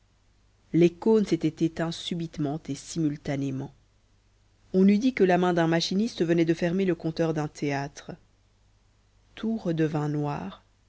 les cônes s'étaient éteints subitement et simultanément on eût dit que la main d'un machiniste venait de fermer le compteur d'un théâtre tout redevint noir